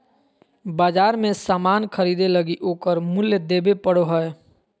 बाजार मे सामान ख़रीदे लगी ओकर मूल्य देबे पड़ो हय